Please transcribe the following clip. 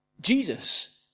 Jesus